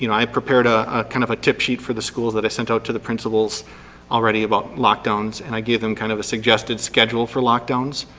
you know i prepared ah ah kind of a tip sheet for the schools that i sent out to the principals already about lock downs and i gave them kind of a suggested schedule for lock downs